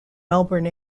melbourne